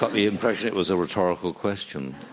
um the impression it was a rhetorical question.